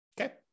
Okay